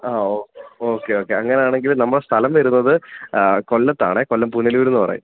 ആ okay okay okay അങ്ങനെയാണെങ്കിൽ നമ്മുടെ സ്ഥലം വരുന്നത് കൊല്ലത്താണെ കൊല്ലം പുനലൂർ എന്ന് പറയും